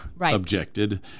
objected